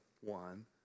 one